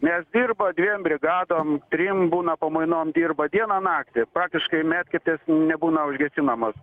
nes dirba dviem brigadom trim būna pamainom dirba dieną naktį praktiškai medkirtės nebūna užgesinamos